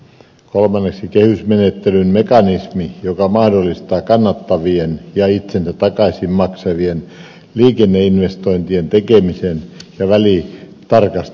kolmanneksi kehysmenettelyn mekanismi joka mahdollistaa kannattavien ja itsensä takaisin maksavien liikenneinvestointien tekemisen ja välitarkastelun